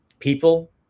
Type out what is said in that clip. People